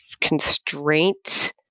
constraint